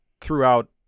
throughout